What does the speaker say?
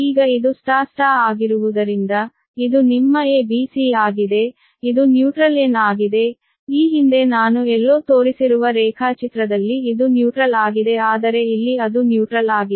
ಈಗ ಇದು Y Y ಆಗಿರುವುದರಿಂದ ಇದು ನಿಮ್ಮ A B C ಆಗಿದೆ ಇದು ನ್ಯೂಟ್ರಲ್ N ಆಗಿದೆ ಈ ಹಿಂದೆ ನಾನು ಎಲ್ಲೋ ತೋರಿಸಿರುವ ರೇಖಾಚಿತ್ರದಲ್ಲಿ ಇದು ನ್ಯೂಟ್ರಲ್ ಆಗಿದೆ ಆದರೆ ಇಲ್ಲಿ ಅದು ನ್ಯೂಟ್ರಲ್ ಆಗಿದೆ